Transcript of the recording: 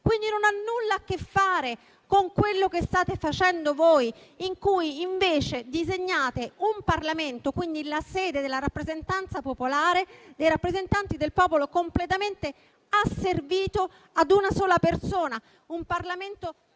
Questo non ha nulla a che fare con quello che state facendo voi, che invece disegnate un Parlamento, quindi la sede della rappresentanza popolare, dei rappresentanti del popolo completamente asservito ad una sola persona, un Parlamento